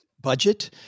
budget